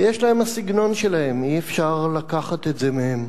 ויש להם הסגנון שלהם, אי-אפשר לקחת את זה מהם.